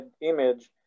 image